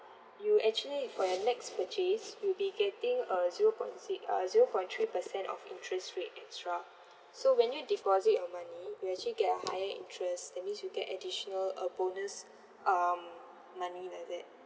you actually for your next purchase you'll be getting a zero point si~ uh zero point three percent of interest rate extra so when you deposit your money you actually get a higher interest that means you get additional uh bonus um money like that